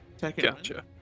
gotcha